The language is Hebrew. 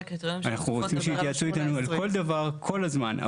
אנחנו רוצים שיתייעצו איתנו על כל דבר, כל הזמן.